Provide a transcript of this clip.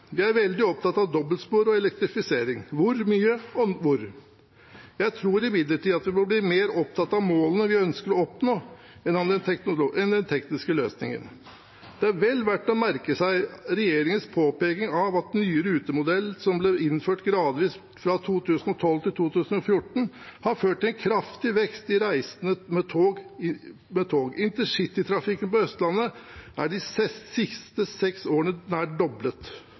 Vi er veldig opptatt av dobbeltspor og elektrifisering – hvor mye og hvor. Jeg tror imidlertid at vi må bli mer opptatt av målene vi ønsker å oppnå, enn av den tekniske løsningen. Det er vel verdt å merke seg regjeringens påpeking av at ny rutemodell, som ble innført gradvis fra 2012 til 2014, har ført til en kraftig vekst i antall reisende med tog. Intercitytrafikken på Østlandet er de siste seks årene nær doblet.